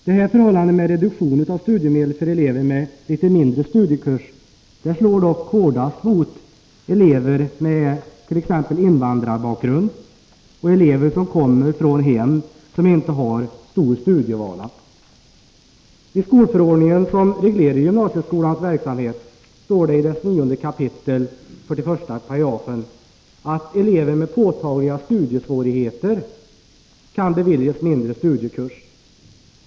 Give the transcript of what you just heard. Det här förhållandet med reduktion av studiemedlen för elever med något kortare studiekurs slår hårdast mot elever med invandrarbakgrund och elever som kommer från hem som inte har stor studievana. I skolförordningen, som reglerar gymnasieskolans verksamhet, står det i 9 kap. 41 § att elever med påtagliga studiesvårigheter kan beviljas mindre studiekurs.